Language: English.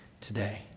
today